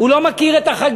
הוא לא מכיר את החגים,